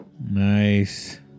Nice